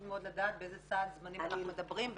מאוד לדעת באיזה סד זמנים אנחנו מדברים,